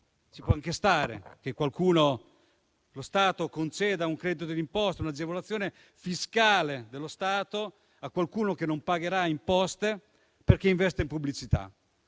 ci può anche stare che lo Stato conceda un credito d'imposta, un'agevolazione fiscale a qualcuno che non pagherà imposte, perché investe in pubblicità.